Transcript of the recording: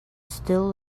still